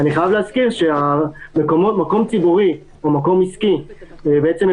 אני חייב להזכיר שמקום ציבורי או מקום עסקי מחויב